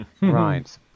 Right